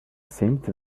seemed